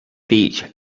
beach